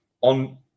on